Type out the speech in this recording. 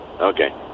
Okay